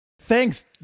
Thanks